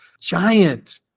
giant